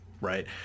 right